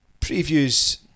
previews